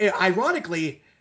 ironically